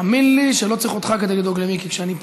תאמין לי שלא צריך אותך כדי לדאוג למיקי כשאני פה.